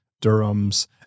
Durham's